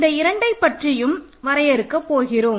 இந்த இரண்டைப் பற்றியும் வரையறுக்கப் போகிறோம்